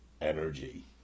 energy